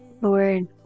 Lord